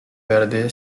verde